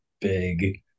big